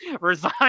resign